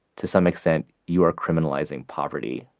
to some extent you are criminalizing poverty,